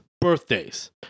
birthdays